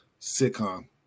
sitcom